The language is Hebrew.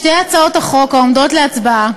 שתי הצעות החוק העומדות להצבעה